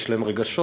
יש להם רגשות,